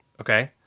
Okay